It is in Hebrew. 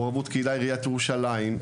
מעורבות קהילה - עיריית ירושלים,